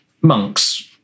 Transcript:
monks